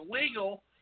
illegal